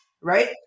right